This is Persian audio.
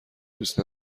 دوست